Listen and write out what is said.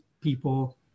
people